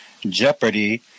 Jeopardy